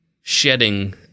shedding